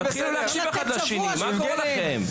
תתחילו להקשיב אחד לשני, מה קורה לכם?